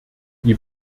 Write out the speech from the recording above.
die